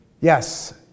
Yes